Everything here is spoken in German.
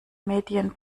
medien